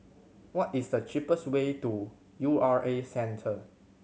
what is the cheapest way to U R A Centre